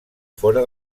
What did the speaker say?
fora